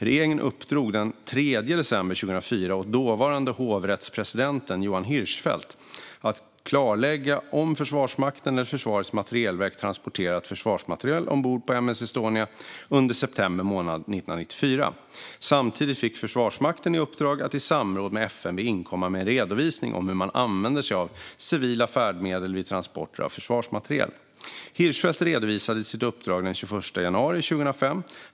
Regeringen uppdrog den 3 december 2004 åt dåvarande hovrättspresidenten Johan Hirschfeldt att klarlägga om Försvarsmakten eller Försvarets materielverk transporterat försvarsmateriel ombord på M/S Estonia under september månad 1994. Samtidigt fick Försvarsmakten i uppdrag att i samråd med FMV inkomma med en redovisning om hur man använder sig av civila färdmedel vid transport av försvarsmateriel. Hirschfeldt redovisade sitt uppdrag den 21 januari 2005.